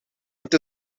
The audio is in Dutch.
het